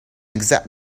exact